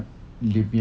mm